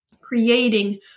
creating